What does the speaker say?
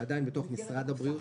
זה עדיין בתוך משרד הבריאות.